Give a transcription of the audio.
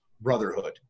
brotherhood